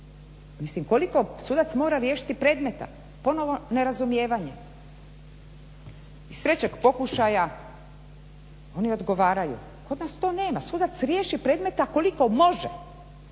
koliko sudac mora riješiti predmeta, ponovno nerazumijevanje. Iz trećeg pokušaja oni odgovaraju kod nas to nema, sudac riješi predmeta koliko može,